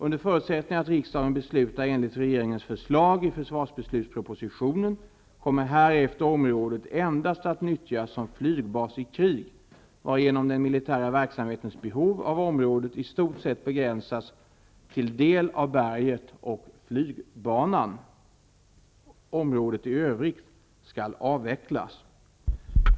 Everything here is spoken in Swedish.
Under förutsättning att riksdagen beslutar enligt regeringens förslag i försvarbeslutspropositionen kommer härefter området endast att nyttjas som flygbas i krig varigenom den militära verksamhetens behov av området i stort sett begränsas till del av berget och flygbanan. Området i övrigt skall avvecklas.